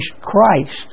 Christ